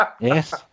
Yes